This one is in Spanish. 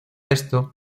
esto